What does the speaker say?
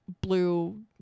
blue